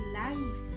life